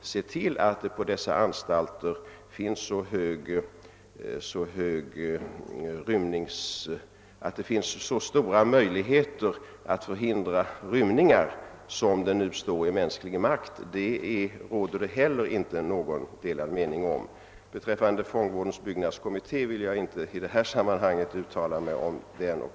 se till att det på dessa anstalter finns så stora möjligheter att förhindra rymningar som det står i mänsklig makt att åstadkomma råder det inte heller några delade meningar om. dess framtid vill jag inte i detta sammanhang uttala mig om.